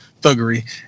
Thuggery